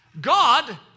God